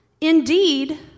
Indeed